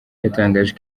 yatangaje